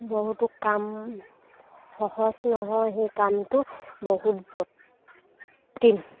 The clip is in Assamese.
বহুতো কাম সহজ নহয় সেই কামটো বহুত জটিল